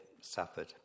suffered